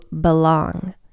belong